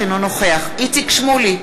אינו נוכח איציק שמולי,